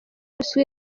uzwi